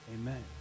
Amen